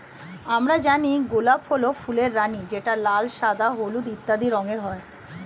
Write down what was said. আমরা জানি গোলাপ হল ফুলের রানী যেটা লাল, সাদা, হলুদ ইত্যাদি রঙের হয়